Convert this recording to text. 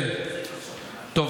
טוב,